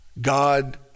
God